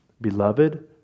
Beloved